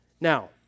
Now